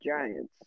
Giants